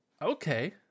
Okay